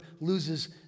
loses